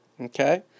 Okay